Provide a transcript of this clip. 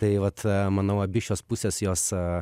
tai vat manau abi šios pusės jos